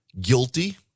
guilty